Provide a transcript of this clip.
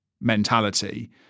mentality